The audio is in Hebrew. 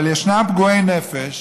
אבל ישנם פגועי נפש,